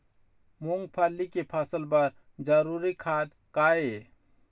मूंगफली के फसल बर जरूरी खाद का ये?